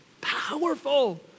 Powerful